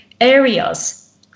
areas